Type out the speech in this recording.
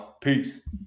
Peace